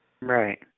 Right